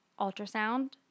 ultrasound